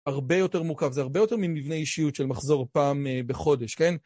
הרבה יותר מורכב, זה הרבה יותר ממבנה אישיות של מחזור פעם בחודש, כן?